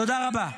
תודה רבה.